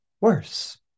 worse